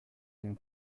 une